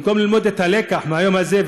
במקום ללמוד את הלקח מהיום הזה,